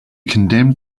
condemned